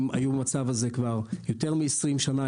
היו במצב הזה כבר יותר מ-20 שנה,